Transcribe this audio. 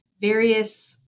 various